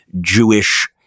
Jewish